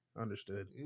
understood